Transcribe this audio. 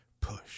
push